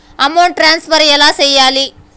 amount transfer ఎలా సేయాలి